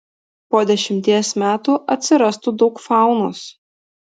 po dešimties metų atsirastų daug faunos